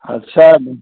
अच्छा जी